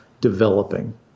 developing